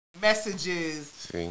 messages